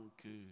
que